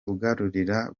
uganirira